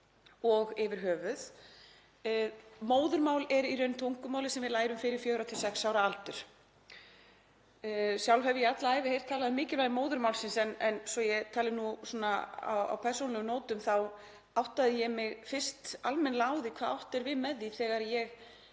og yfir höfuð. Móðurmál er í raun tungumálið sem við lærum fyrir fjögurra til sex ára aldur. Sjálf hef ég alla ævi heyrt talað um mikilvægi móðurmálsins en svo ég tali nú á persónulegum nótum þá áttaði ég mig fyrst almennilega á hvað átt er við með því þegar ég